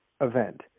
event